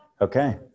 okay